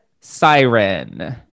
Siren